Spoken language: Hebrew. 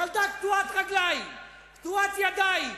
ילדה קטועת רגליים, קטועת ידיים,